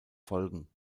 folgen